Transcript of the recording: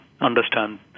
understand